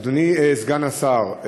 אדוני סגן השר,